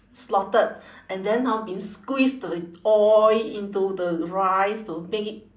slaughtered and then hor been squeeze the oil into the rice to make it